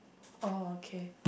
oh okay